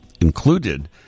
included